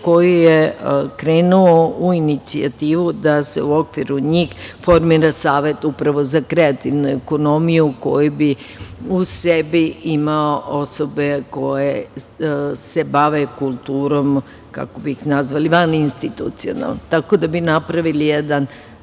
koji je krenuo u inicijativu da se u okviru njih formira savet upravo za kreativnu ekonomiju, koji bi u sebi imao osobe koje se bave kulturom vaninstitucionalno, tako da bi napravili jedan